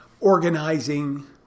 organizing